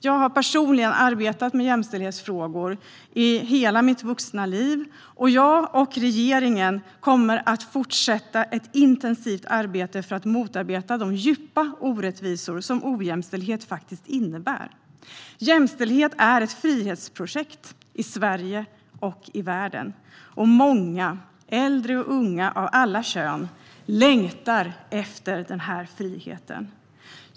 Jag har personligen arbetat med jämställdhetsfrågor i hela mitt vuxna liv, och jag och regeringen kommer att fortsätta att intensivt motarbeta de djupa orättvisor som ojämställdhet faktiskt innebär. Jämställdhet är ett frihetsprojekt, i Sverige och i världen, och många - äldre och unga, av alla kön - längtar efter den friheten.